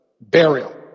burial